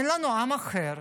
אין לנו עם אחר,